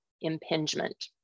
impingement